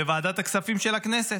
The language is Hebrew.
בוועדת הכספים של הכנסת.